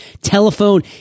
telephone